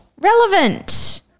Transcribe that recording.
relevant